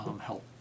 help